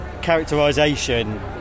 characterisation